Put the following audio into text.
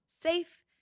safe